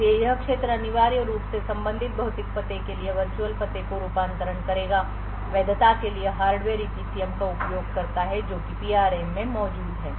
इसलिए यह क्षेत्र अनिवार्य रूप से संबंधित भौतिक पते के लिए वर्चुअल पते को रूपांतरण करेगा वैधता के लिए हार्डवेयर EPCM का उपयोग करता है जो कि PRM में मौजूद है